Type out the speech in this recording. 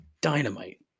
Dynamite